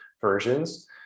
versions